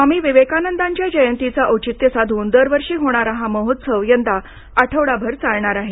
स्वामी विवेकानंदांच्या जयंतीचं औचित्य साधून दरवर्षी होणारा हा महोत्सव यंदा आठवडाभर चालणार आहे